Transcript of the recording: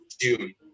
June